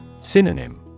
Synonym